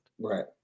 Right